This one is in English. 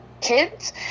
kids